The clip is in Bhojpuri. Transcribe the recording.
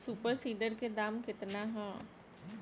सुपर सीडर के दाम केतना ह?